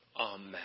amen